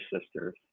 sisters